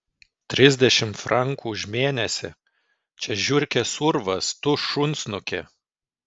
trisdešimt frankų už mėnesį čia žiurkės urvas tu šunsnuki